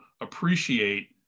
appreciate